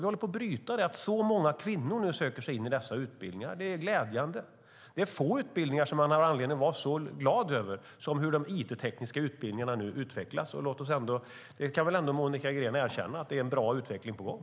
Vi håller på att bryta det; det är många kvinnor som nu söker sig in i dessa utbildningar. Det är glädjande. Det är få utbildningar man har anledning att vara så glad över hur de utvecklas som de it-tekniska utbildningarna nu. Monica Green kan väl ändå erkänna att det är en bra utveckling på gång.